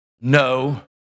no